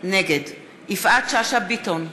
נגד יפעת שאשא ביטון,